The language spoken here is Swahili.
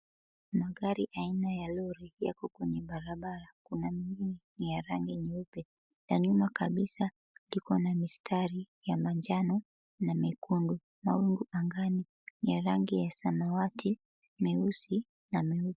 Magari aina ya lori yako kwenye barabara kuna mengine ni ya rangi nyeupe ya nyuma kabisa iko na mistari ya manjano na mekundu. Mawingu angani ni ya rangi ya samawati, meusi na meupe.